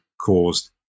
caused